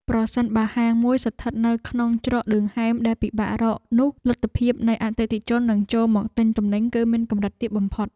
ប្រសិនបើហាងមួយស្ថិតនៅក្នុងច្រកឌឿមហែមដែលពិបាករក នោះលទ្ធភាពដែលអតិថិជននឹងចូលមកទិញទំនិញគឺមានកម្រិតទាបបំផុត។